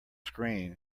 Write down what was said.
screen